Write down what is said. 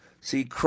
See